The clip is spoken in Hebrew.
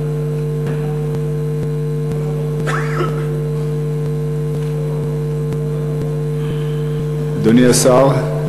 אדוני השר,